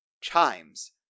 chimes